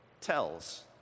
tells